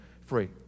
free